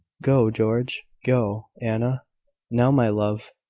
go, george go, anna now, my love,